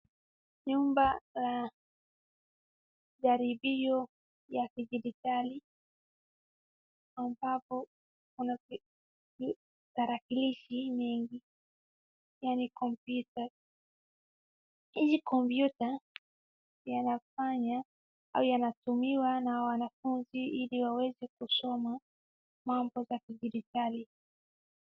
Nyumba la jaribio ya kidijitali, ambapo kuna tarakilishi mingi, yaani kompyuta. Hizi kompyuta, yanafanya au yanatumiwa na wanafunzi ili waweze kusoma mambo za kidijitali.